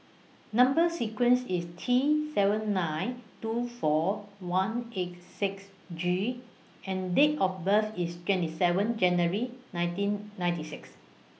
Number sequence IS T seven nine two four one eight six G and Date of birth IS twenty seven January nineteen ninety six